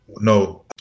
No